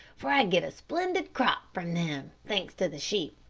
for i get a splendid crop from them, thanks to the sheep.